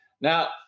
Now